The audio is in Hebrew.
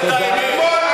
עלי.